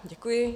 Děkuji.